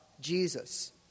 Jesus